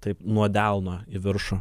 taip nuo delno į viršų